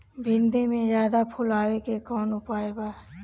भिन्डी में ज्यादा फुल आवे के कौन उपाय बा?